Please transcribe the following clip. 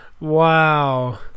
Wow